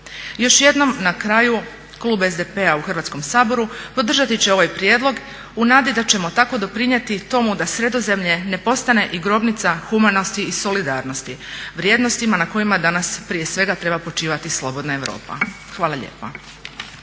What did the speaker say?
Još jednom na kraju klub SDP-a u Hrvatskom saboru podržati će ovaj prijedlog u nadi da ćemo tako doprinijeti tomu da Sredozemlje ne postane i grobnica humanosti i solidarnosti, vrijednostima na kojima danas prije svega treba počivati slobodna Europa. Hvala lijepa.